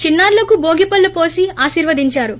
చిన్నారులకు భోగిపళ్లు పోసి ఆశీర్వదించారు